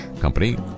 company